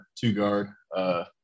two-guard